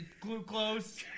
glucose